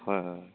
হয় হয়